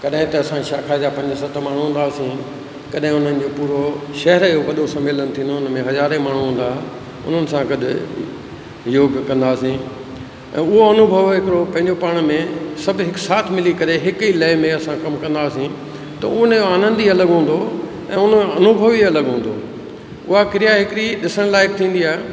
कॾहिं त असां शाखा जा पंज सत माण्हू हूंदा हुआसीं तॾहिं हुननि जो पूरो शहर जो वॾो समेलन थींदो हुओ हुन में हज़ार ई माण्हू ईंदा हुआ उन्हनि सां गॾु योग कंदासीं ऐं उहो अनुभव हिकिड़ो पंहिंजो पाण में सभु हिक साथ मिली करे हिकु ई लै में असां कमु कंदा हुआसीं त उन जो आनंद ई अलॻि हूंदो हुओ ऐं उन जो अनुभव ई अलॻि हूंदो हुओ उहा क्रिया हिकिड़ी ॾिसण लाइक़ थींदी आहे